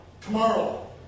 tomorrow